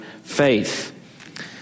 faith